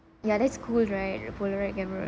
yeah that's cool right polaroid camera